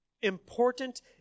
important